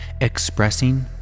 expressing